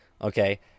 okay